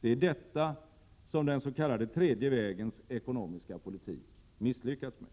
Det är detta som den s.k. tredje vägens ekonomiska politik har misslyckats med.